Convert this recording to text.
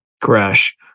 crash